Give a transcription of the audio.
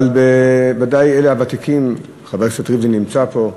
אבל ודאי אלה הוותיקים, חבר הכנסת ריבלין נמצא פה,